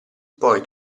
poi